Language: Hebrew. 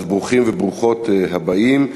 ברוכים וברוכות הבאים.